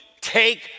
Take